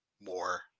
more